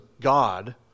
God